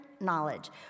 knowledge